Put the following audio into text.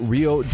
Rio